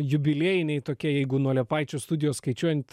jubiliejiniai tokie jeigu nuo liepaičių studijos skaičiuojant